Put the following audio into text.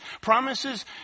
promises